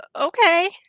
okay